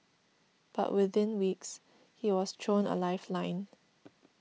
but within weeks he was thrown a lifeline